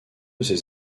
ces